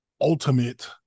ultimate